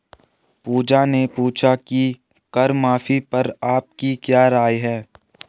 पूजा ने पूछा कि कर माफी पर आपकी क्या राय है?